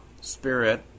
spirit